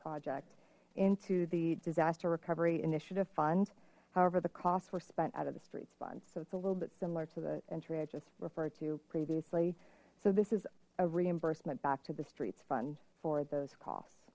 project into the disaster recovery initiative fund however the costs were spent out of the streets fund so it's a little bit similar to the entry i just referred to previously so this is a reimbursement back to the streets fund for those costs